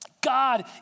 God